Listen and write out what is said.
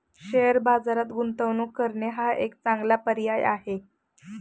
share बाजारात गुंतवणूक करणे हा एक चांगला पर्याय आहे